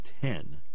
Ten